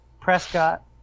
Prescott